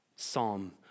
psalm